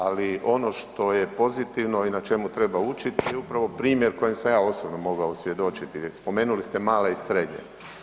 Ali ono što je pozitivno i na čemu treba učiti je upravo primjer kojem sam ja osobno mogao svjedočiti jer spomenuli ste male i srednje.